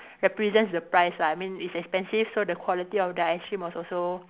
represents the price lah I mean it's expensive so the quality of the ice cream was also